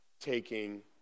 taking